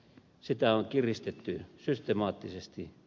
sitä on kiristetty systemaattisesti